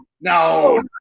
no